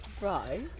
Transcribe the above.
Right